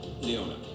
Leona